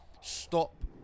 stop